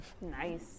Nice